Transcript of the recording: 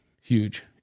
Huge